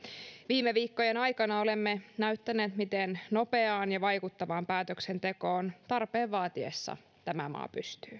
viime viikkojen aikana olemme näyttäneet miten nopeaan ja vaikuttavaan päätöksentekoon tarpeen vaatiessa tämä maa pystyy nyt olemme